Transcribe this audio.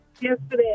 yesterday